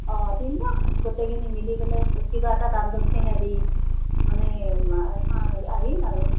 অ দিম দ'ক গোটেইখিনি মিলি পেলাই কিবা এটা দান দক্ষিণা দি মানে আহিম আৰু